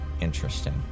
Interesting